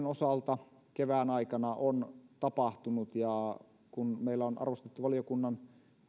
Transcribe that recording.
osalta kevään aikana on tapahtunut ja kun meillä on arvostettu valiokunnan